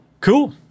cool